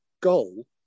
goal